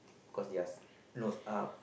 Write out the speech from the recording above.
cause they are nose up